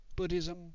Buddhism